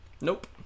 nope